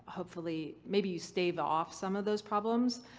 hopefully. maybe you stave off some of those problems.